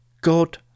God